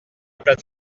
plate